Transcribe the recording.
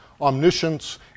omniscience